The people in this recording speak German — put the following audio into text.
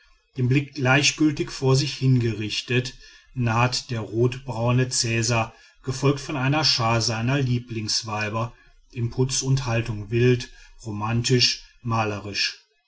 den blick gleichgültig vor sich hin gerichtet naht der rotbraune cäsar gefolgt von einer schar seiner lieblingsweiber in putz und haltung wild romantisch malerisch